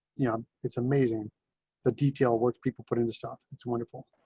yeah it's amazing the detail words people put into stuff. it's wonderful.